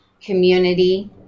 community